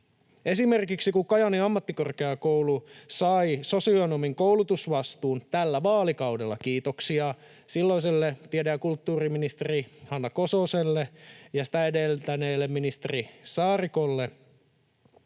Esimerkiksi kun Kajaanin ammattikorkeakoulu sai sosionomin koulutusvastuun tällä vaalikaudella — kiitoksia silloiselle tiede‑ ja kulttuuriministeri Hanna Kososelle ja häntä edeltäneelle ministeri Saarikolle